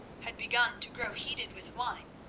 had begun to grow heated with wine,